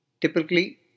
typically